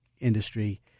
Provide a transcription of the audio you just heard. industry